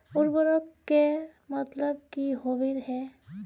उर्वरक के मतलब की होबे है?